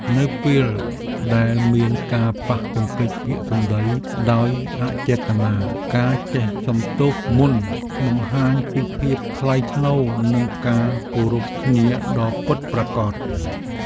នៅពេលដែលមានការប៉ះទង្គិចពាក្យសម្តីដោយអចេតនាការចេះសុំទោសមុនបង្ហាញពីភាពថ្លៃថ្នូរនិងការគោរពគ្នាដ៏ពិតប្រាកដ។